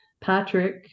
patrick